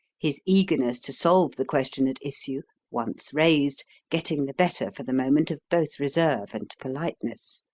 his eagerness to solve the question at issue, once raised, getting the better for the moment of both reserve and politeness.